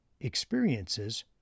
experiences